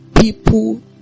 People